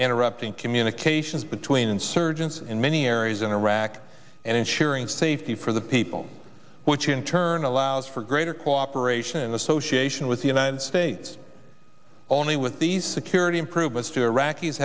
interrupting communications between insurgents in many areas in iraq and ensuring safety for the people which in turn allows for greater cooperation and association with the united states only with these security